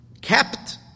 kept